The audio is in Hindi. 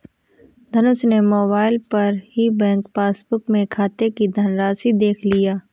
धनुष ने मोबाइल पर ही बैंक पासबुक में खाते की धनराशि देख लिया